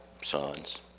sons